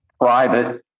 private